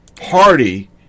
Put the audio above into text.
party